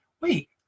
wait